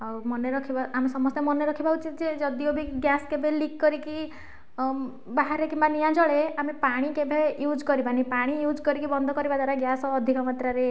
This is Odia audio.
ଆଉ ମନେରଖିବା ଆମେ ସମସ୍ତେ ମନେରଖିବା ଉଚିତ ଯେ ଯଦିଓ ବି ଗ୍ୟାସ୍ କେବେ ଲିକ୍ କରିକି ବାହାରେ କିମ୍ବା ନିଆଁ ଜଳେ ଆମେ ପାଣି କେଭେ ୟୁଜ୍ କରିବାନି ପାଣି ୟୁଜ୍ କରିକି ବନ୍ଦକରିବା ଦ୍ଵାରା ଗ୍ୟାସ୍ ଅଧିକ ମାତ୍ରାରେ